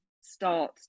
start